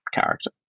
character